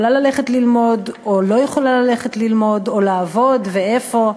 אם היא יכולה ללכת ללמוד או לא יכולה ללכת ללמוד או לעבוד ואיפה,